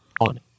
On